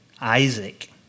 Isaac